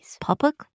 public